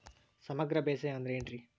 ಸಮಗ್ರ ಬೇಸಾಯ ಅಂದ್ರ ಏನ್ ರೇ?